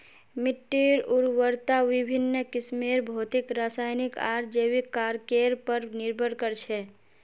मिट्टीर उर्वरता विभिन्न किस्मेर भौतिक रासायनिक आर जैविक कारकेर पर निर्भर कर छे